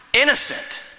innocent